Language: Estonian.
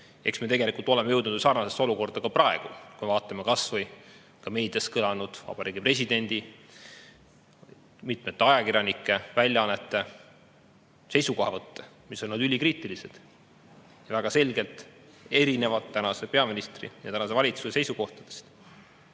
Eks me tegelikult oleme jõudnud sarnasesse olukorda ka praegu. Vaatame kas või meedias kõlanud presidendi ja mitmete ajakirjanike, väljaannete seisukohavõtte, mis on olnud ülikriitilised ja väga selgelt erinevad tänase peaministri ja valitsuse seisukohtadest.